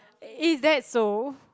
is that so